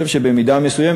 במידה מסוימת,